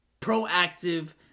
proactive